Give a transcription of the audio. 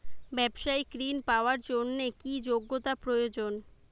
ব্যবসায়িক ঋণ পাওয়ার জন্যে কি যোগ্যতা প্রয়োজন?